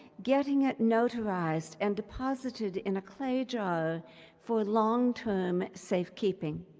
getting it notarized and deposited in a clay jar for long-term safekeeping.